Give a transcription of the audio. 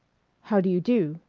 how do you do?